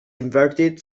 inverted